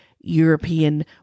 European